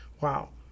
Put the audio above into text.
Wow